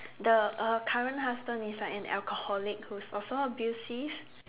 the her current husband is like an alcoholic who's also abusive